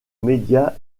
médias